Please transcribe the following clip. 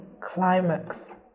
climax